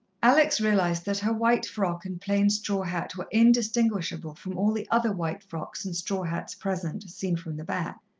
alex realized that her white frock and plain straw hat were indistinguishable from all the other white frocks and straw hats present, seen from the back.